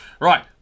Right